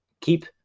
keep